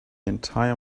entire